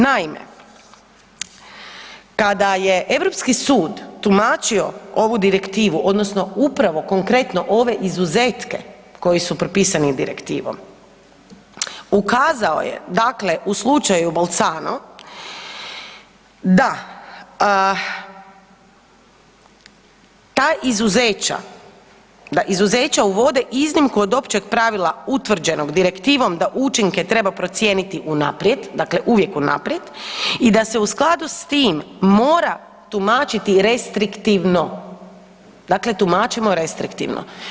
Naime, kada je Europski sud tumačio ovu direktivu odnosno upravo konkretno ove izuzetke koji su propisani direktivom ukazao je u slučaju Bolzano da ta izuzeća da izuzeća uvode iznimku od općeg pravila utvrđenom direktivom da učinke treba procijeniti unaprijed, dakle uvijek unaprijed i da se u skladu s tim mora tumačiti restriktivno, dakle tumačimo restriktivno.